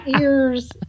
ears